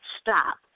stop